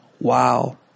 wow